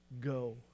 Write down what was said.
go